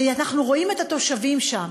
ואנחנו רואים את התושבים שם,